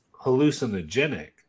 hallucinogenic